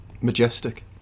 majestic